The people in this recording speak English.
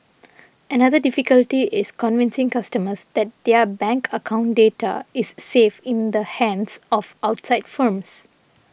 another difficulty is convincing customers that their bank account data is safe in the hands of outside firms